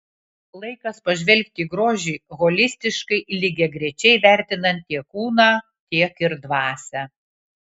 laikas pažvelgti į grožį holistiškai lygiagrečiai vertinant tiek kūną tiek ir dvasią